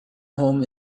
home